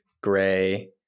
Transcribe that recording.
gray